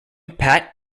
pat